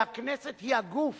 שהכנסת היא הגוף